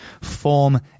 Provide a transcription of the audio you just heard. form